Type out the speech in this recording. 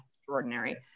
extraordinary